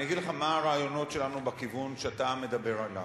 אני אגיד לך מה הרעיונות שלנו בכיוון שאתה מדבר עליו.